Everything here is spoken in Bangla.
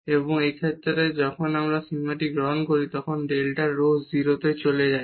এবং এই ক্ষেত্রে যখন আমরা এই সীমাটি গ্রহণ করি যখন ডেল্টা rho 0 তে চলে যায়